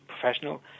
professional